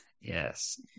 yes